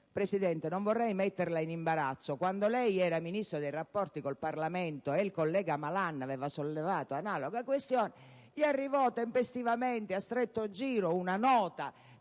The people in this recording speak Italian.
Presidente, non vorrei metterla in imbarazzo: quando lei era Ministro per i rapporti con il Parlamento e il collega Malan aveva sollevato analoga questione, gli arrivò tempestivamente, a stretto giro, una nota